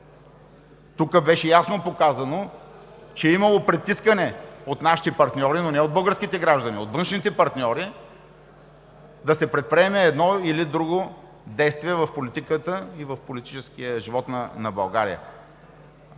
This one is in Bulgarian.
Тук беше ясно показано, че е имало притискане от нашите партньори, но не от българските граждани, а от външните партньори да се предприеме едно или друго действие в политиката и в политическия живот на България.